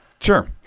Sure